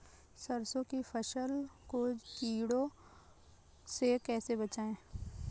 सरसों की फसल को कीड़ों से कैसे बचाएँ?